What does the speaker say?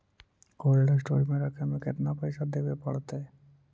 Cold store में रखे में केतना पैसा देवे पड़तै है?